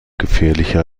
gefährlicher